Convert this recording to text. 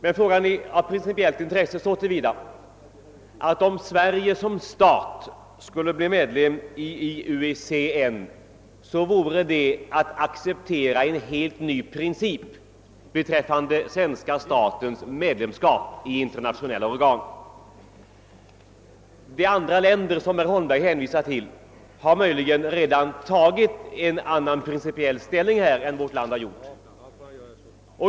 Men frågan är av principiellt intresse så till vida att om Sverige skulle bli medlem i IUCN skulle det innebära att man accepterade en helt ny princip beträffande svenska statens medlemskap i internationella organ. De andra länder som herr Holmberg hänvisar till har möjligen redan intagit en annan principiell ståndpunkt härvidlag än vårt land har gjort.